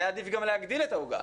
היה עדיף גם להגדיל את העוגה.